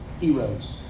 heroes